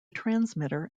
transmitter